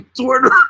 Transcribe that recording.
Twitter